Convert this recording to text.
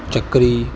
ਚੱਕਰੀ